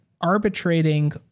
arbitrating